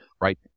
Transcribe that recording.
right